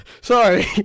Sorry